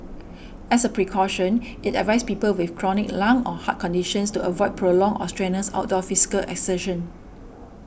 as a precaution it advised people with chronic lung or heart conditions to avoid prolonged or strenuous outdoor physical exertion